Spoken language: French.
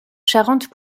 charentes